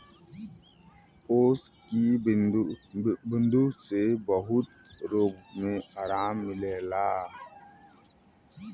ओस की बूँदो से बहुत रोग मे आराम मिलेला